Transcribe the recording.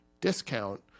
discount